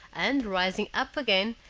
and, rising up again,